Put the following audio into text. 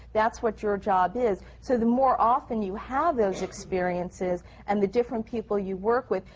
that's what your job is. so the more often you have those experiences and the different people you work with,